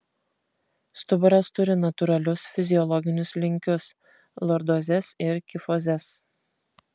stuburas turi natūralius fiziologinius linkius lordozes ir kifozes